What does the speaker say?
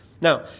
Now